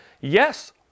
Yes